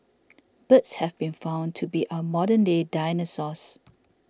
birds have been found to be our modern day dinosaurs